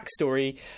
backstory